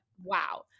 wow